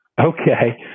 Okay